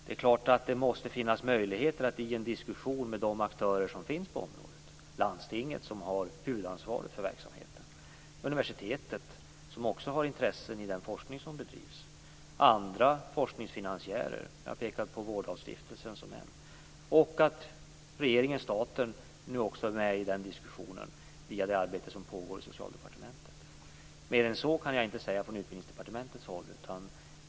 Det är klart att det måste finnas möjligheter till en diskussion med de aktörer som finns på området; landstinget, som har huvudansvaret för verksamheten, universitet, som också har intressen i den forskning som bedrivs. Jag har pekat på Vårdalstiftelsen som en bland andra forskningsfinansiärer, och nu är regeringen/staten också med i diskussionen via det arbete som pågår i Socialdepartementet. Mer än så kan jag inte säga från Utbildningsdepartementets håll.